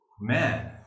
man